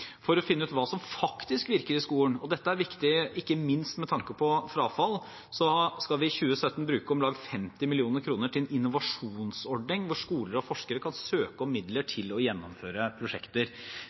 For å finne ut hva som faktisk virker i skolen – og dette er viktig ikke minst med tanke på frafall – skal vi i 2017 bruke om lag 50 mill. kr til en innovasjonsordning hvor skoler og forskere kan søke om midler